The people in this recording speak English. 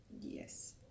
Yes